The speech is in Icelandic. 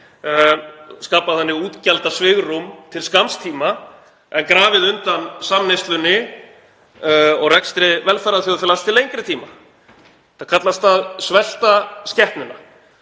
skapa þannig útgjaldasvigrúm til skamms tíma en grafa undan samneyslunni og rekstri velferðarþjóðfélags til lengri tíma. Þetta kallast að svelta skepnuna